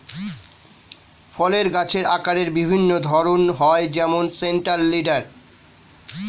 ফলের গাছের আকারের বিভিন্ন ধরন হয় যেমন সেন্ট্রাল লিডার